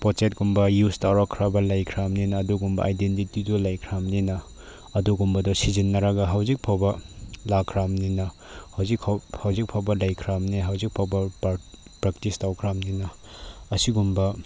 ꯄꯣꯠ ꯆꯩꯒꯨꯝꯕ ꯌꯨꯁ ꯇꯧꯔꯛꯈ꯭ꯔꯕ ꯂꯩꯈ꯭ꯔꯕꯅꯤꯅ ꯑꯗꯨꯒꯨꯝꯕ ꯑꯥꯏꯗꯦꯟꯗꯤꯇꯤꯗꯣ ꯂꯩꯈ꯭ꯔꯕꯅꯤꯅ ꯑꯗꯨꯒꯨꯝꯕꯗꯣ ꯁꯤꯖꯤꯟꯅꯔꯒ ꯍꯧꯖꯤꯛꯐꯥꯎꯕ ꯂꯥꯛꯈ꯭ꯔꯕꯅꯤꯅ ꯍꯧꯖꯤꯛꯐꯥꯎ ꯍꯧꯖꯤꯛꯐꯥꯎꯕ ꯂꯩꯈ꯭ꯔꯕꯅꯦ ꯍꯧꯖꯤꯛꯐꯥꯎꯕ ꯄ꯭ꯔꯦꯛꯇꯤꯁ ꯇꯧꯈ꯭ꯔꯕꯅꯤꯅ ꯑꯁꯤꯒꯨꯝꯕ